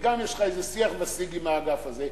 וגם יש לך איזה שיח ושיג עם האגף הזה.